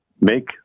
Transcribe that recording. make